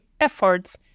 efforts